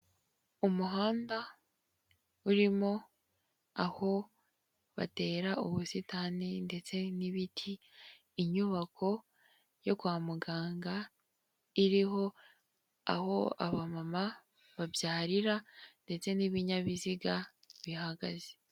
Umuhanda urimo aho batera ubusitani ndetse n'ibiti. Inyubako yo kwa muganga iriho aho abamama babyarira ndetse n'ibinyabiziga bihagaze.